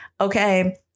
Okay